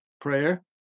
prayer